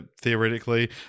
theoretically